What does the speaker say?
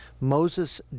Moses